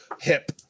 hip